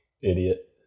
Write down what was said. Idiot